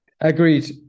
agreed